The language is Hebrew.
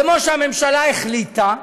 כמו שהממשלה החליטה,